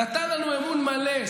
נתן לנו אמון מלא,